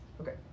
okay